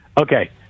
Okay